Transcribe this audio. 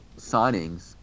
signings